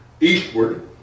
eastward